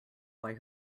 why